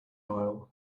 aisle